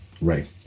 Right